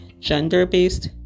gender-based